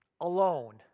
alone